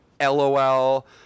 LOL